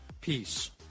peace